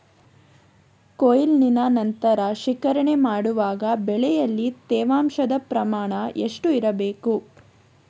ಕೊಯ್ಲಿನ ನಂತರ ಶೇಖರಣೆ ಮಾಡುವಾಗ ಬೆಳೆಯಲ್ಲಿ ತೇವಾಂಶದ ಪ್ರಮಾಣ ಎಷ್ಟು ಇರಬೇಕು?